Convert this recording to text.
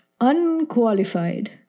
unqualified